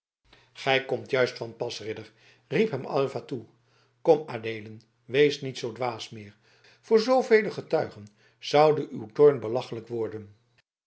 gij komt juist van pas ridder riep hem aylva toe kom adeelen wees niet zoo dwaas meer voor zoovele getuigen zoude uw toorn belachelijk worden